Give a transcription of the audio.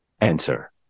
Answer